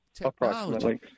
approximately